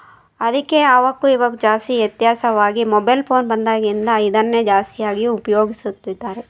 ಅದಕ್ಕೆ ಅವಕ್ಕೂ ಇವಾಗ ಜಾಸ್ತಿ ವ್ಯತ್ಯಾಸವಾಗಿ ಮೊಬೈಲ್ ಪೋನ್ ಬಂದಾಗಿಂದ ಇದನ್ನೇ ಜಾಸ್ತಿಯಾಗಿ ಉಪಯೋಗಿಸುತ್ತಿದ್ದಾರೆ